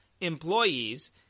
employees